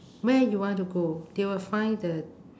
where you want to go they will find the